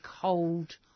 cold